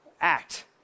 act